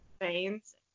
veins